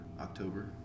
October